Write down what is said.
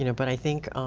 you know but i think